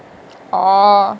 orh